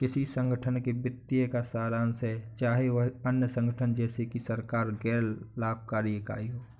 किसी संगठन के वित्तीय का सारांश है चाहे वह अन्य संगठन जैसे कि सरकारी गैर लाभकारी इकाई हो